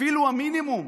אפילו המינימום